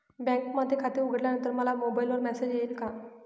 बँकेमध्ये खाते उघडल्यानंतर मला मोबाईलवर मेसेज येईल का?